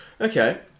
Okay